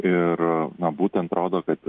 ir na būtent rodo kad